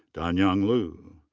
danyang lu.